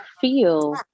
feel